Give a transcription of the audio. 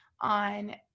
on